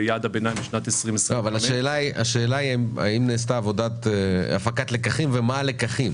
ביעד הביניים בשנת 2025. השאלה היא האם נעשתה הפקת לקחים ומה הלקחים?